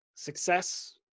Success